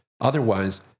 Otherwise